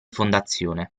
fondazione